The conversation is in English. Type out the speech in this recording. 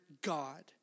God